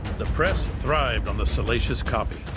the press thrived on the salacious copy.